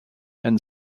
and